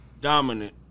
dominant